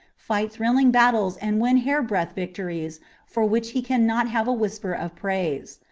fight thrilling battles and win hair-breadth victories for which he cannot have a whisper of praise.